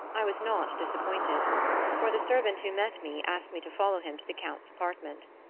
i was not disappointed for the servant who met me asked me to follow him to the count's apartment.